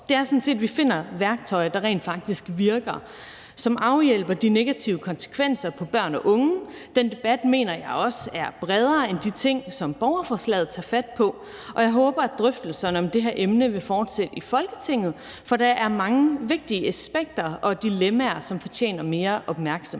os er sådan set, at vi finder værktøjer, der rent faktisk virker, og som afhjælper de negative konsekvenser for børn af unge. Den debat mener jeg også er bredere end de ting, som borgerforslaget tager fat på, og jeg håber, at drøftelserne om det her emne vil fortsætte i Folketinget, for der er mange vigtige aspekter og dilemmaer, som fortjener mere opmærksomhed.